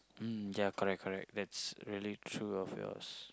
mm ya correct correct that's really true of yours